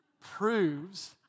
proves